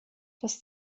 das